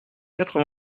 quatre